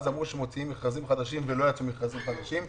אז אמרו שמוציאים מכרזים חדשים אבל לא יצאו מכרזים חדשים.